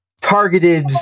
targeted